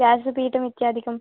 व्यासपीठम् इत्यादिकं